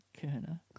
Kerner